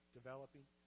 developing